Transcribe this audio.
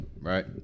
right